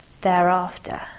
thereafter